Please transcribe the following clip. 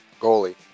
goalie